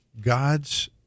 God's